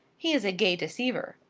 he is a gay deceiver.